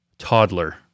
toddler